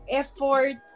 effort